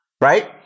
right